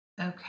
Okay